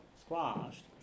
squashed